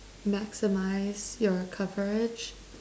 maximise your coverage